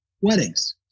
Weddings